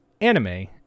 anime